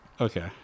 Okay